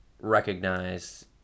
recognize